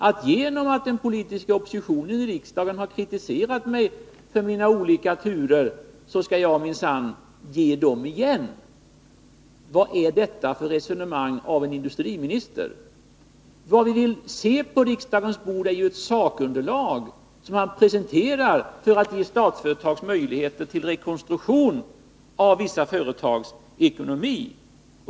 Eftersom den politiska oppositionen i riksdagen har kritiserat honom för hans olika turer, skall han minsann ge den igen. Vad är detta för resonemang av en industriminister? Vad vi vill se är ju att industriministern på riksdagens bord presenterar ett sakunderlag, som ger Statsföretag möjligheter till en rekonstruktion av vissa företags ekonomi.